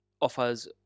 offers